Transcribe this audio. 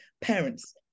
parents